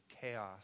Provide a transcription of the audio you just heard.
chaos